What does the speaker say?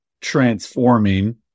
transforming